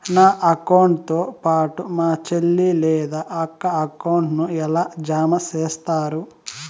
నా అకౌంట్ తో పాటు మా చెల్లి లేదా అక్క అకౌంట్ ను ఎలా జామ సేస్తారు?